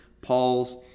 Paul's